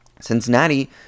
Cincinnati